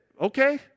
okay